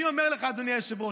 אני אומר לך אדוני היושב-ראש,